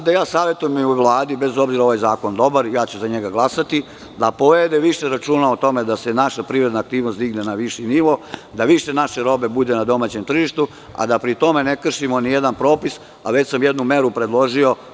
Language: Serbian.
Savetujem i ovoj Vladi, bez obzira na to što je ovaj zakon dobar, ja ću za njega glasati, da povede više računa o tome da se naša privredna aktivnost digne na viši nivo, da više naše robe bude na domaćem tržištu, a da pri tome ne kršimo nijedan propis, a već sam jednu meru predložio.